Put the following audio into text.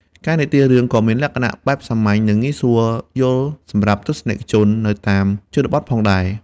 ការនិទានរឿងក៏មានលក្ខណៈបែបសាមញ្ញនិងងាយស្រួលយល់សម្រាប់ទស្សនិកជននៅតាមជនបទផងដែរ។